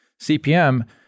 CPM